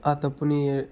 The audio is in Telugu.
ఆ తప్పుని